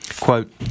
Quote